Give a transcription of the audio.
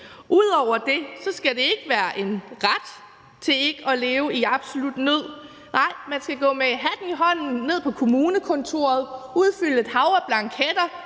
Ud over det skal det ikke være en ret ikke at leve i absolut nød. Nej, man skal gå ned på kommunekontoret med hatten i hånden og udfylde et hav af blanketter,